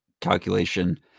calculation